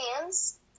hands